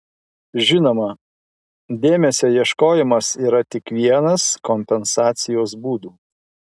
žinoma dėmesio ieškojimas yra tik vienas kompensacijos būdų